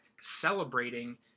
celebrating